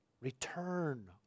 Return